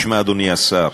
תשמע, אדוני השר,